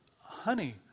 honey